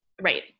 Right